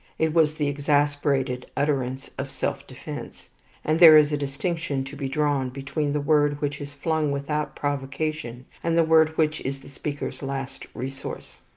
it was the exasperated utterance of self-defence and there is a distinction to be drawn between the word which is flung without provocation, and the word which is the speaker's last resource.